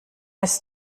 ist